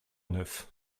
neuf